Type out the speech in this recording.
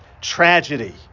tragedy